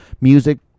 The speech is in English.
Music